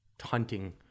hunting